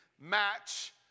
match